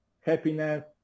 happiness